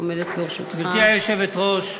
גברתי היושבת-ראש,